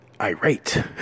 irate